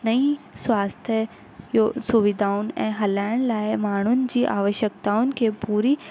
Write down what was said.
नई स्वास्थ्य जो सुविधाउनि ऐं हलाइण लाइ माण्हुनि जी आवश्यक्ताउनि के पूरी